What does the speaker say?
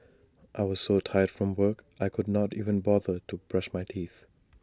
I was so tired from work I could not even bother to brush my teeth